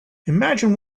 imagine